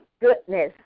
goodness